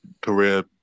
career